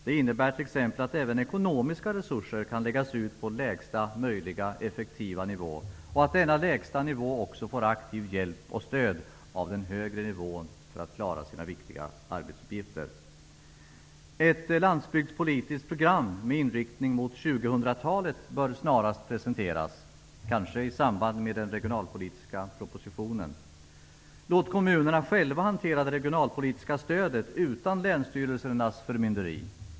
Det innebär t.ex. att även ekonomiska resurser kan läggas ut på lägsta möjliga effektiva nivå och att man på denna lägsta nivå också får aktiv hjälp och stöd av dem på den högre nivån för att klara av sina viktiga arbetsuppgifter. Ett landsbygdspolitiskt program med inriktning mot 2000-talet bör snarast presenteras, kanske i samband med den regionalpolitiska propositionen. Låt kommunerna själva hantera det regionalpolitiska stödet utan länsstyrelsernas förmynderi!